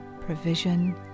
provision